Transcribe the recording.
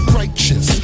righteous